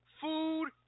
food